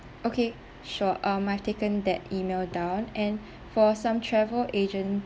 okay sure um I've taken that email down and for some travel agent